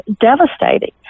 devastating